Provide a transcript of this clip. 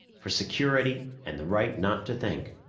for security and the right not to think,